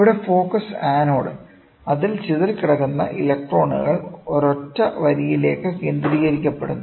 ഇവിടെ focus anode അതിനാൽ ചിതറിക്കിടക്കുന്ന ഇലക്ട്രോണുകൾ ഒരൊറ്റ വരിയിലേക്ക് കേന്ദ്രീകരിക്കപ്പെടുന്നു